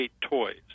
toys